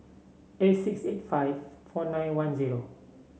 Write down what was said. eight six eight five four nine one zero